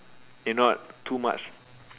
if not too much